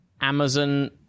amazon